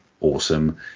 awesome